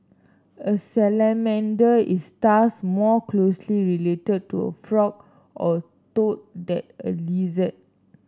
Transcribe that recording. a salamander is thus more closely related to a or toad that a lizard